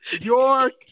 York